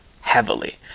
heavily